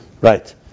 Right